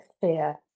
fear